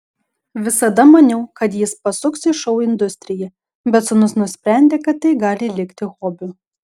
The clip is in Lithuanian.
visada maniau kad jis pasuks į šou industriją bet sūnus nusprendė kad tai gali likti hobiu